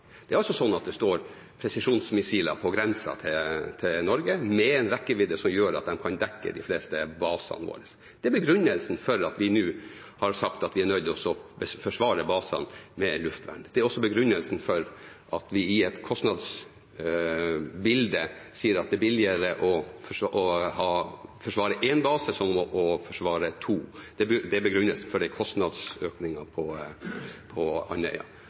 Det er altså sånn at det står presisjonsmissiler på grensen til Norge med en rekkevidde som gjør at de kan dekke de fleste basene våre. Det er begrunnelsen for at vi nå har sagt at vi er nødt til å forsvare basene med luftvern. Det er også begrunnelsen for at vi i et kostnadsbilde sier at det er billigere å forsvare én base enn å forsvare to. Det er begrunnelsen for kostnadsøkningen på Andøya.